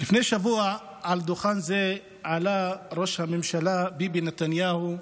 לפני שבוע על דוכן זה עלה ראש הממשלה ביבי נתניהו,